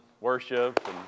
Worship